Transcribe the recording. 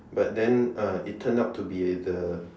but then uh it turned to be at the